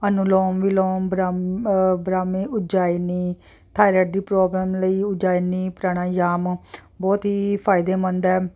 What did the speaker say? ਅਨੁਲੋਮ ਵਿਲੋਮ ਬਰੰਮ ਬਰਾਮੇ ਉਜੈਨੀ ਥਾਏਰੈਡ ਦੀ ਪ੍ਰੋਬਲਮ ਲਈ ਉਜੈਨੀ ਪਰਾਣਾਯਾਮ ਬਹੁਤ ਹੀ ਫ਼ਾਇਦੇਮੰਦ ਹੈ